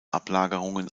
ablagerungen